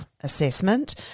assessment